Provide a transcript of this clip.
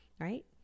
right